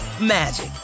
magic